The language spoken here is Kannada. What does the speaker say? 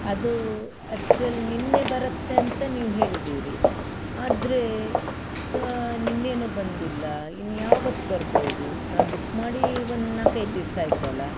ಅದು ಆ್ಯಕ್ಚುಲ್ ನಿನ್ನೆ ಬರುತ್ತೆ ಅಂತ ನೀವು ಹೇಳಿದ್ದೀರಿ ಆದ್ರೆ ಸೋ ನಿನ್ನೆನೂ ಬಂದಿಲ್ಲ ಇನ್ನು ಯಾವತ್ತು ಬರ್ಬೋದು ನಾನು ಬುಕ್ ಮಾಡಿ ಒಂದು ನಾಲ್ಕೈದು ದಿವಸ ಆಯ್ತಲ್ವ